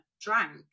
drank